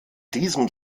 diesem